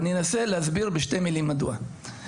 ואני אנסה להסביר בשתי מילים מדוע.